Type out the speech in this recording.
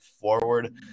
forward